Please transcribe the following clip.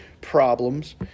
problems